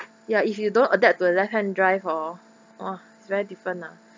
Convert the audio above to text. ya if you don't adapt to the left hand drive hor oh it's very different lah